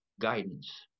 guidance